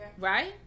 right